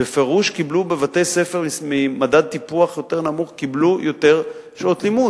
בפירוש בבתי-ספר ממדד טיפוח יותר נמוך קיבלו יותר שעות לימוד.